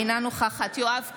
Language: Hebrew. אינה נוכחת יואב קיש,